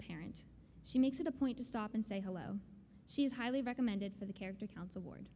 parent she makes it a point to stop and say hello she is highly recommended for the character counts award